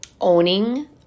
owning